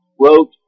wrote